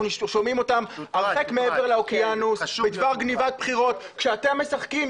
שומעים אותם הרחק מעבר לאוקיינוס בדבר גניבת בחירות כשאתם משחקים